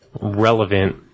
relevant